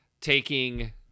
Taking